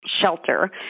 shelter